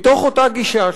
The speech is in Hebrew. מתוך אותה גישה,